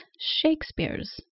Shakespeare's